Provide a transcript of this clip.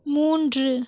மூன்று